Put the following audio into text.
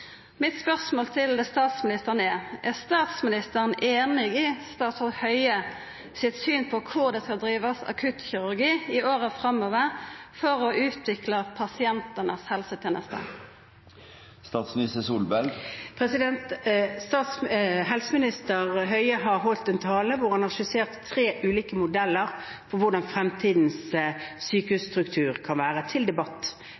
Mitt spørsmål til statsministeren er: Er statsministeren einig i statsråd Høies syn på kvar det skal drivast akuttkirurgi i åra framover for å utvikla pasientane si helseteneste? Helseminister Høie har holdt en tale hvor han har skissert tre ulike modeller for hvordan fremtidens sykehusstruktur kan være – til debatt,